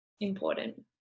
important